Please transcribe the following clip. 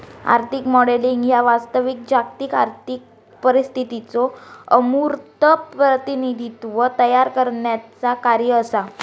आर्थिक मॉडेलिंग ह्या वास्तविक जागतिक आर्थिक परिस्थितीचो अमूर्त प्रतिनिधित्व तयार करण्याचा कार्य असा